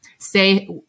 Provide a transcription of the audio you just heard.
say